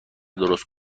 درست